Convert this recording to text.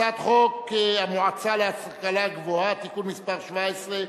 הצעת חוק המועצה להשכלה גבוהה (תיקון מס' 17),